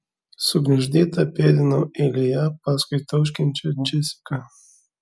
sugniuždyta pėdinau eilėje paskui tauškiančią džesiką